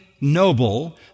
noble